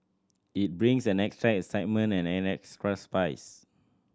it brings an extra excitement and an extra spice